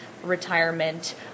retirement